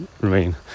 remain